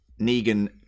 Negan